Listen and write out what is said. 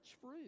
fruit